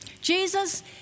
Jesus